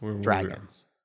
dragons